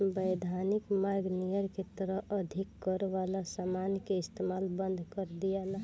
वैधानिक मार्ग नियर के तहत अधिक कर वाला समान के इस्तमाल बंद कर दियाला